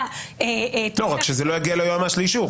רק שזה לא יגיע ליועמ"ש לאישור.